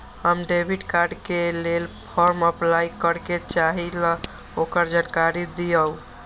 हम debit card के लेल फॉर्म अपलाई करे के चाहीं ल ओकर जानकारी दीउ?